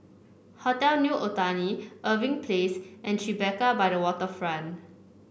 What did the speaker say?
Hotel New Otani Irving Place and Tribeca by the Waterfront